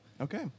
okay